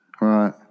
right